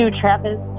Travis